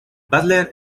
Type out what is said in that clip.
butler